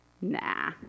Nah